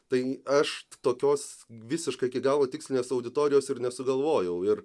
tai aš tokios visiškai iki galo tikslinės auditorijos ir nesugalvojau ir